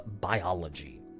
biology